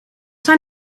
zijn